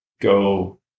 go